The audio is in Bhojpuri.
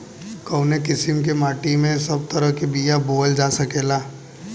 कवने किसीम के माटी में सब तरह के बिया बोवल जा सकेला?